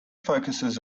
focuses